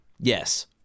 Yes